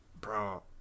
Bro